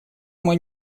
мой